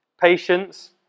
Patience